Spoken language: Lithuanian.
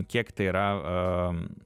kiek tai yra